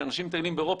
כשאנשים מטיילים באירופה,